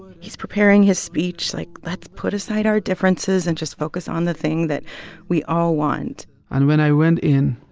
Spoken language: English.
he's preparing his speech like, let's put aside our differences and just focus on the thing that we all want and when i went in,